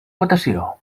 votació